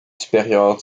supérieure